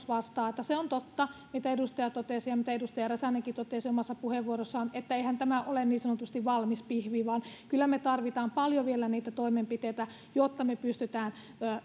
vastaa se on totta mitä edustaja totesi ja mitä edustaja räsänenkin totesi omassa puheenvuorossaan että eihän tämä ole niin sanotusti valmis pihvi vaan kyllä me tarvitsemme vielä paljon niitä toimenpiteitä jotta me pystymme